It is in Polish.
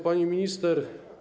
Pani Minister!